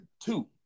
two